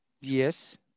Yes